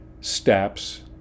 steps